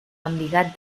embigat